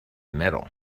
metal